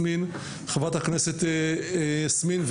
חברת הכנסת יסמין,